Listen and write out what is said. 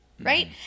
Right